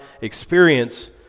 experience